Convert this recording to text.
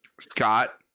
Scott